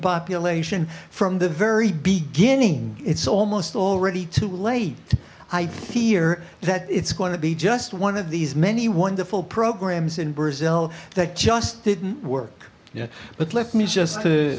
population from the very beginning it's almost already too late i fear that it's going to be just one of these many wonderful programs in brazil that just didn't work yeah but let me just